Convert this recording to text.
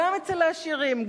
גם אצל העשירים,